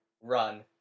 run